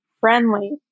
friendly